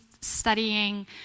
studying